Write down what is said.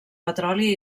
petroli